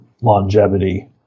longevity